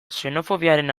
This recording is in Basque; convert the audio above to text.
xenofobiaren